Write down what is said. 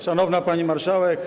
Szanowna Pani Marszałek!